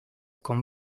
con